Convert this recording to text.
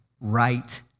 right